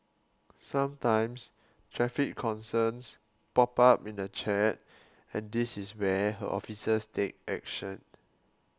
sometimes traffic concerns pop up in the chat and this is where her officers take action